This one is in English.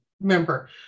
member